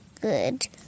good